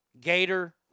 Gator